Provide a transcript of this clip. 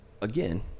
again